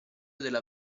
della